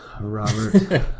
Robert